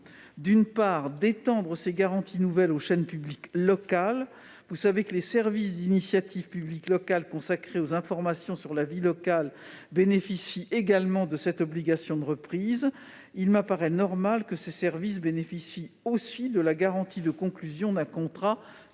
d'une part, d'étendre ces garanties nouvelles aux chaînes publiques locales. Ces services d'initiative publique locale consacrés aux informations sur la vie locale bénéficient aussi de cette obligation de reprise, et il m'apparaît donc normal de leur appliquer la garantie de conclusion d'un contrat